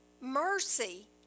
mercy